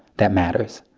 that matters.